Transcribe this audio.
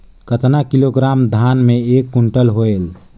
कतना किलोग्राम धान मे एक कुंटल होयल?